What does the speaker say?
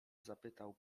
zapytał